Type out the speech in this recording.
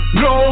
no